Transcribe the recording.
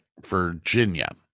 Virginia